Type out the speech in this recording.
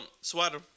Swatter